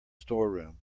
storeroom